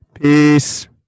Peace